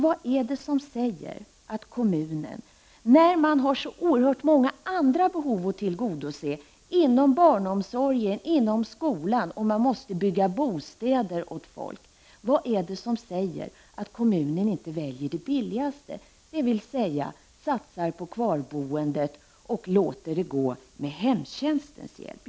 Vad är det som säger att kommunen inte väljer det billigaste, när man har så oerhört många andra behov att tillgodose inom barnomsorgen och skolan och man måste bygga bostäder? Det billigaste är att satsa på att människor bor kvar i sina hem med hemtjänstens hjälp.